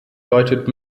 deutet